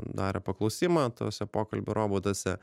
darė paklausimą tuose pokalbių robotuose